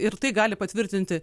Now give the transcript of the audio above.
ir tai gali patvirtinti